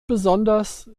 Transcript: besonders